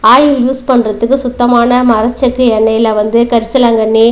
oil use பண்ணுறதுக்கு சுத்தமான மரச்செக்கு எண்ணெயில் வந்து கரிசலாங்கண்ணி